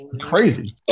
Crazy